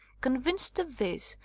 convinced of this,